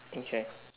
okay